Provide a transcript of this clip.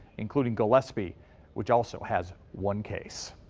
including gillespie which also has one case.